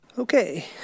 Okay